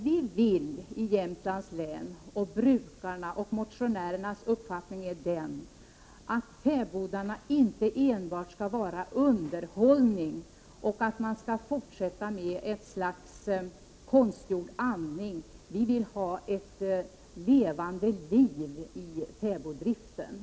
Vi vill i Jämtlands län, och det är även brukarnas och motionärernas önskan, att fäbodarna inte enbart skall vara underhållning, där man skall fortsätta med något slags konstgjord andning. Vi vill ha ett levande liv i fäbodarna.